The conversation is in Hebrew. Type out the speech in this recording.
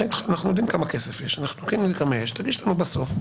אחי, אנחנו יודעים כמה כסף יש, אל תגיש לנו פרטה,